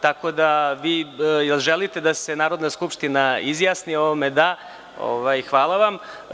Da li želite da se Narodna skupština izjasni o ovome? (Da.) Hvala vam.